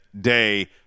day